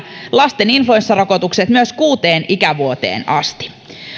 lasten influenssarokotukset kuuteen ikävuoteen asti